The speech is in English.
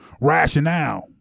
rationale